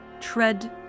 tread